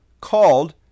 called